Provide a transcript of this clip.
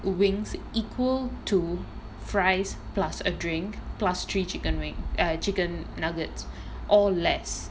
wings equal to fries plus a drink plus three chicken wing err chicken nuggets or less